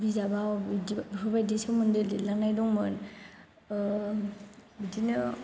बिजाबाव बिदि बेफोरबायदि सोमोन्दै लिरलांनाय दंमोन बिदिनो